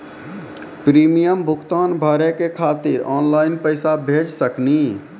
Premium भुगतान भरे के खातिर ऑनलाइन पैसा भेज सकनी?